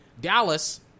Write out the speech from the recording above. Dallas